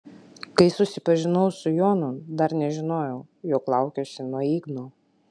kai susipažinau su jonu dar nežinojau jog laukiuosi nuo igno